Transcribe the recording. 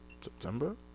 September